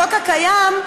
החוק הקיים,